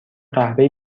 قهوه